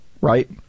right